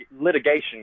litigation